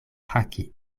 haki